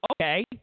okay